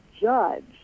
judge